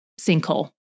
Sinkhole